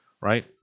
right